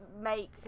make